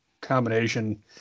combination